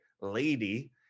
lady